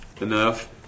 enough